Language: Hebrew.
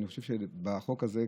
אני חושב שבחוק הזה,